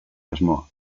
asmoa